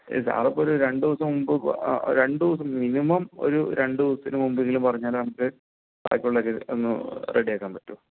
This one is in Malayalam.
ആ അതിപ്പോൾ ഒരു രണ്ടു ദിവസം മുമ്പ് രണ്ടു ദിവസം മുമ്പ് മിനിമം ഒരു രണ്ടു ദിവസത്തിന് മുമ്പ് എങ്കിലും പറഞ്ഞാലെ നമുക്ക് നടക്കുകയുള്ളൂ ഒന്നു റെഡി ആക്കാൻ പറ്റുളളു